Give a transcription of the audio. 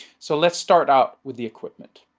so let's start out with the equipment.